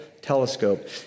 telescope